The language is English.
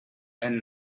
and